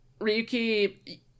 Ryuki